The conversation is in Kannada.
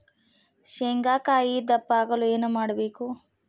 ಶೇಂಗಾಕಾಯಿ ದಪ್ಪ ಆಗಲು ಏನು ಮಾಡಬೇಕು?